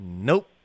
Nope